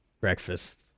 breakfast